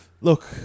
Look